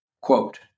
quote